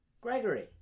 Gregory